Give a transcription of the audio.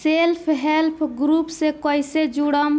Self help group से कइसे जुड़म?